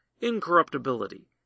incorruptibility